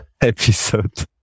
episode